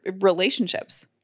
relationships